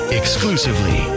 exclusively